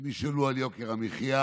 הם ישאלו על יוקר המחיה